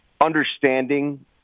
understanding